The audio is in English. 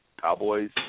Cowboys